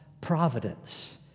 providence